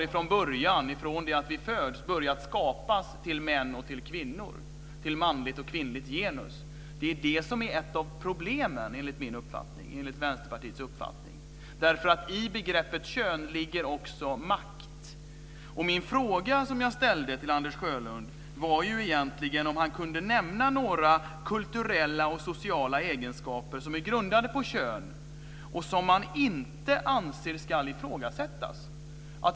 Ifrån det vi föds har vi börjat skapas till män och kvinnor, till manligt och kvinnligt genus. Det är det som är ett av problemen enligt min och Vänsterpartiets uppfattning. I begreppet kön ligger också makt. Den fråga som jag ställde till Anders Sjölund var om han kunde nämna några kulturella och sociala egenskaper som är grundade på kön och som han inte anser ska ifrågasättas.